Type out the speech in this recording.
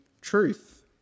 truth